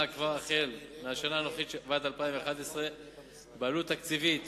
כבר מהשנה הנוכחית ועד ל-2011 בעלות תקציבית